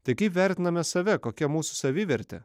tai kaip vertiname save kokia mūsų savivertė